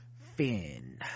finn